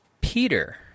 Peter